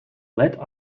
let